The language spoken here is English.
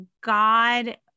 God